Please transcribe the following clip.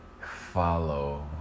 follow